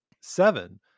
seven